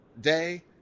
day